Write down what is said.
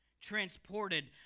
Transported